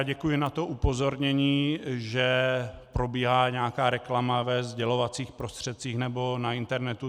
Děkuji za upozornění, že probíhá nějaká reklama ve sdělovacích prostředcích nebo na internetu.